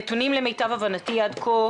הנתונים למיטב הבנתי עד כה,